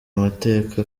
amateka